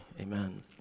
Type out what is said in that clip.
Amen